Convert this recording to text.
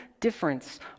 difference